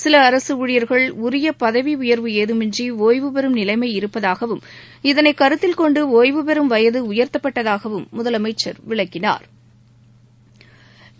சில அரசு ஊழியர்கள் உரிய பதவி உயர்வு ஏதுமின்றி ஒய்வுபெறும் நிலைமை இருப்பதாகவும் இதனை கருத்தில் கொண்டு ஓய்வுபெறும் வயது உயா்த்தப்பட்டதாகவும் முதலமைச்சா் விளக்கினாா்